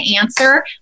answer